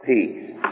Peace